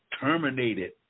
terminated